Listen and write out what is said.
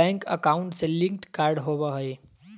bank account से linked card होबा हइ